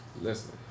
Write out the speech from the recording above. Listen